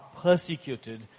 persecuted